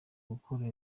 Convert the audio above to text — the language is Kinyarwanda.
gukora